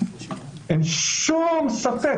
אין שום ספק,